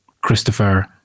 Christopher